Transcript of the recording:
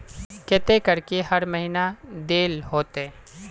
केते करके हर महीना देल होते?